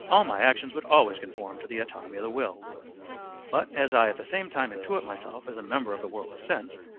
all my actions would always conform to the autonomy of the will but as i at the same time intuite myself as a member of the world of sense,